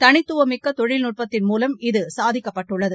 தனித்துவமிக்க தொழில்நுட்பத்தின் மூலம் இது சாதிக்கப்பட்டுள்ளது